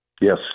Yes